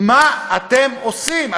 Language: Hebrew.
מה אתם עושים?